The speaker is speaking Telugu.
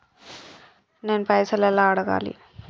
నేను పైసలు ఎలా అడగాలి?